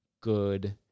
good